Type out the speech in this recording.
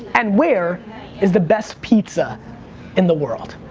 and where is the best pizza in the world?